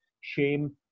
Shame